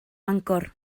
mangor